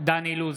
דן אילוז,